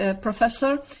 professor